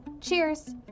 cheers